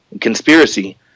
conspiracy